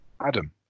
Adam